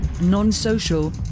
non-social